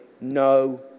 no